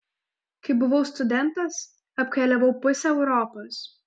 kai buvau studentas apkeliavau pusę europos